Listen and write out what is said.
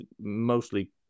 mostly